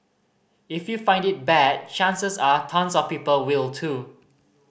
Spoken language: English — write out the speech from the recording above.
if you find it bad chances are tons of people will too